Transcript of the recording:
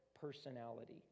personality